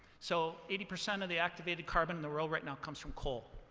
so eighty percent of the activated carbon in the world right now comes from coal.